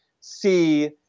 see